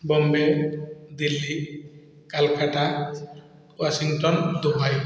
Bombay Delhi Kolkata Washington Dubai